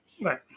Right